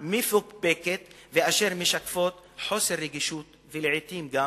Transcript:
מפוקפקת ואשר משקפות חוסר רגישות ולעתים גם